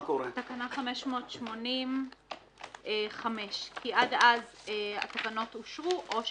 תקנה 580(5) - כי עד אז התקנות אושרו או פוצלו.